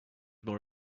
more